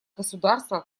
государства